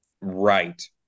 Right